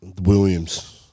Williams